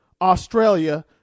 Australia